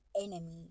enemy